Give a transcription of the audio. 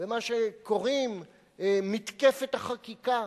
במה שקוראים "מתקפת החקיקה".